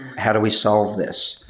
how do we solve this?